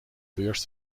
beurs